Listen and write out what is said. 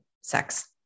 sex